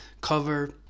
cover